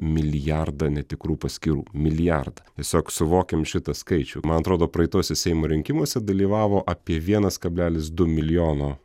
milijardą netikrų paskyrų milijardą tiesiog suvokim šitą skaičių man atrodo praeituose seimo rinkimuose dalyvavo apie vienas kablelis du milijono